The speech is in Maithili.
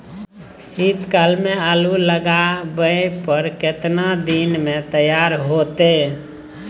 शीत काल में आलू लगाबय पर केतना दीन में तैयार होतै?